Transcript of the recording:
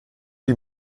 die